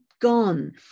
gone